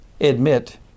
admit